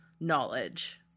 knowledge